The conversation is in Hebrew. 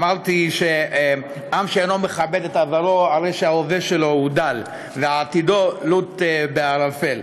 אמרתי שעם שאינו מכבד את עברו הרי שההווה שלו דל ועתידו לוט בערפל.